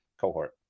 cohort